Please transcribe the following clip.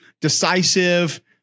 decisive